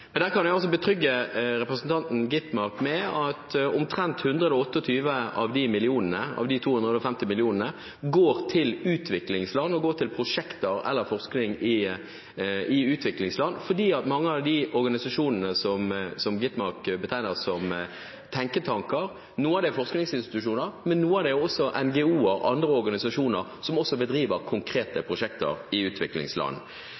Men der kan jeg altså betrygge representanten Skovholt Gitmark med at omtrent 128 av de 250 millionene går til prosjekter eller forskning i utviklingsland. Noen av de organisasjonene som Skovholt Gitmark betegner som tenketanker, er forskningsinstitusjoner, men noen av dem er NGO-er og andre organisasjoner som også bedriver